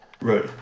Right